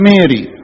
Mary